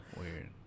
Weird